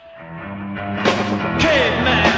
Caveman